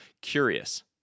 Curious